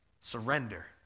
Surrender